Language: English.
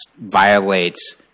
violates